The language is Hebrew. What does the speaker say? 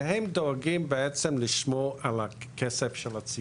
כי הם דואגים בעצם לשמור על הכסף של הציבור.